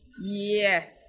Yes